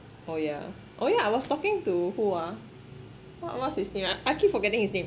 oh yeah oh yeah I was talking to who ah what what's his name ah I keep forgetting his name